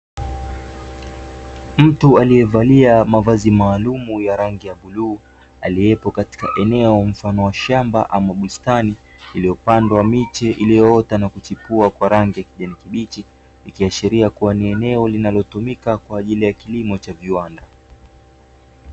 Mtu alievalia mavazi maalumu ya rangi ya bluu, aliepo katika eneo mfano wa shamba ama bustani, iliyopandwa miche iliyoota na kuchipua kwa rangi ya kijani kibichi, ikiashiria kuwa ni eneo linanalotumika kwa ajili ya kilimo cha viwanda.